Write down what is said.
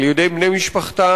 על-ידי בני משפחתן,